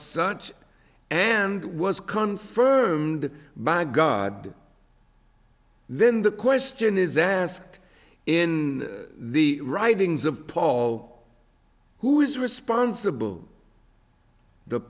such and was confirmed by god then the question is asked in the writings of paul who is responsible the